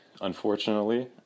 unfortunately